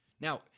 Now